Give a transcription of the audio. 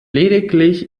lediglich